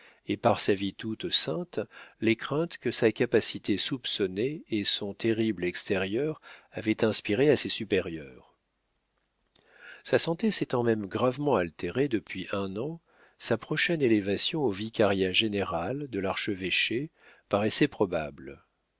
et par sa vie toute sainte les craintes que sa capacité soupçonnée et son terrible extérieur avaient inspirées à ses supérieurs sa santé s'étant même gravement altérée depuis un an sa prochaine élévation au vicariat général de l'archevêché paraissait probable